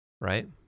right